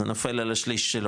זה נופל על השליש שלו,